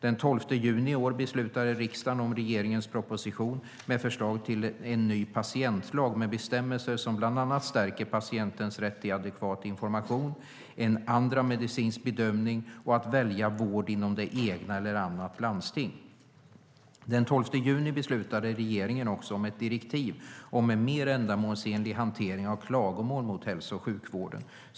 Den 12 juni i år beslutade riksdagen om regeringens proposition med förslag till en ny patientlag med bestämmelser som bland annat stärker patientens rätt till adekvat information och till en andra medicinsk bedömning samt rätt att välja vård inom det egna landstinget eller inom annat landsting. Den 12 juni beslutade regeringen också om ett direktiv om en mer ändamålsenlig hantering av klagomål mot hälso och sjukvården.